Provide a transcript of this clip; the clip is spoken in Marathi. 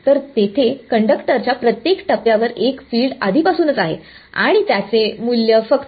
तर तेथे कंडक्टरच्या प्रत्येक टप्प्यावर एक फील्ड आधीपासूनच आहे आणि त्याचे मूल्य फक्त